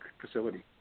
facility